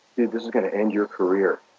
dude, this is going to end your career.